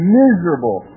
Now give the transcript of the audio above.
miserable